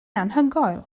anhygoel